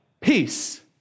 Peace